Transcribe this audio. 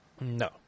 No